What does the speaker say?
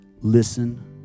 Listen